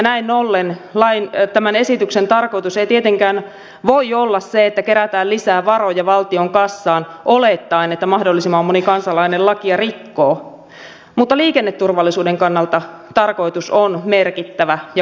näin ollen tämän esityksen tarkoitus ei tietenkään voi olla se että kerätään lisää varoja valtion kassaan olettaen että mahdollisimman moni kansalainen lakia rikkoo mutta liikenneturvallisuuden kannalta tarkoitus on merkittävä ja kannatettava